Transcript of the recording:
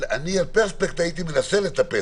אני על פרספקס הייתי מנסה לטפס,